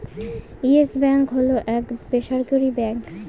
yes bank হল এক বেসরকারি ব্যাঙ্ক